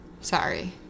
Sorry